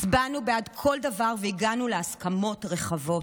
הצבענו בעד כל דבר והגענו להסכמות רחבות.